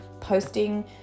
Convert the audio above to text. posting